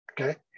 Okay